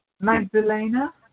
Magdalena